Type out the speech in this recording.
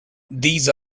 these